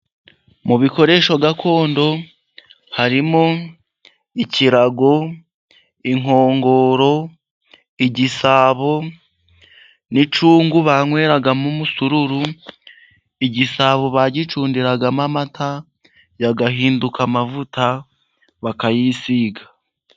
Mu bikoresho gakondo harimo: ikirago, inkongoro, igisabo n'icyungo banyweramo umusururu, igisabo bagicundiragamo amata agahinduka amavuta bakayisiga.